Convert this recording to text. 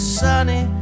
sunny